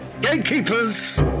Gatekeepers